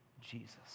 Jesus